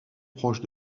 proche